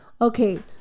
okay